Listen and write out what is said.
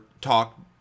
talk